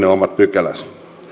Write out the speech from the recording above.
omat pykälänsä